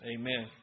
Amen